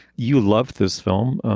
you loved this film.